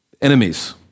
enemies